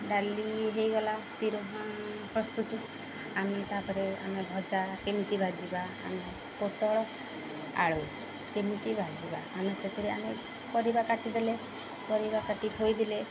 ଡାଲି ହେଇଗଲା ସ୍ଥିରହ ପ୍ରସ୍ତୁତ ଆମେ ତାପରେ ଆମେ ଭଜା କେମିତି ଭଜିବା ଆମେ ପୋଟଳ ଆଳୁ କେମିତି ଭଜିବା ଆମେ ସେଥିରେ ଆମେ ପରିବା କାଟିଦେଲେ ପରିବା କାଟି ଥୋଇଦେଲେ